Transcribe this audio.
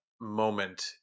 moment